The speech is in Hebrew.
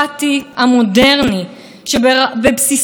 שלא נותנים משילות אין-קץ רק לרשות אחת,